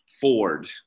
Ford